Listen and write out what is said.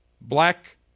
black